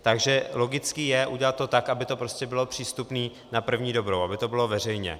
Takže logické je udělat to tak, aby to prostě bylo přístupné na první dobrou, aby to bylo veřejně.